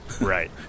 Right